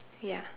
ya